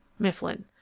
Mifflin